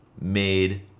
made